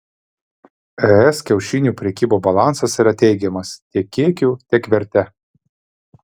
es kiaušinių prekybos balansas yra teigiamas tiek kiekiu tiek verte